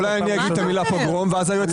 אולי אני אגיד את המילה פוגרום ואז היועצת